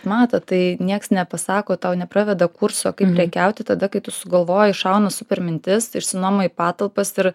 matot tai nieks nepasako tau nepraveda kurso kaip prekiauti tada kai tu sugalvoji šauna super mintis išsinuomoji patalpas ir